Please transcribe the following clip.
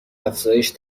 افزایش